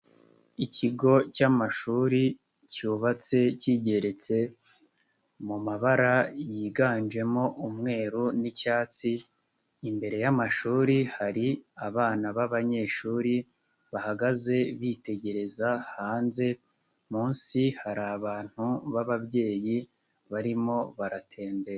Ikigo cy'amashuri cyubatse kigeretse, mu mabara yiganjemo umweru n'icyatsi, imbere y'amashuri hari abana b'abanyeshuri, bahagaze bitegereza hanze, munsi hari abantu b'ababyeyi barimo baratembera.